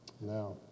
Now